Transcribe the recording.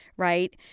right